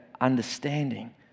understanding